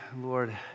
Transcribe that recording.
Lord